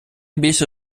більше